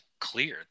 clear